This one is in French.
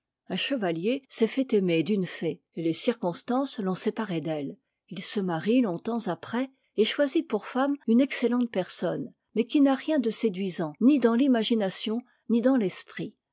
un chevalier s'est fait aimer d'une fée et les circonstances l'ont séparé d'elle il se marie longtemps après et choisit pour femme une excellente personne mais qui n'a rien de séduisant ni dans l'imagination ni dans l'esprit